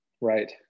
right